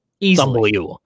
easily